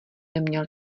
neměl